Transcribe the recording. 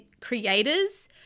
creators